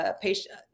patient